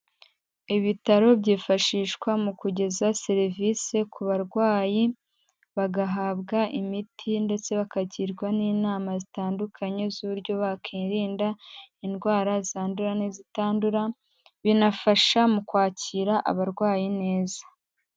Ibitaro byifashishwa mu kugeza serivise ku barwayi, bagahabwa imiti ndetse bakagirwa n'inama zitandukanye z'uburyo bakwirinda indwara zandura n'izitandura, binafasha mu kwakira abarwaye neza.